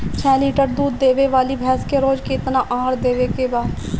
छह लीटर दूध देवे वाली भैंस के रोज केतना आहार देवे के बा?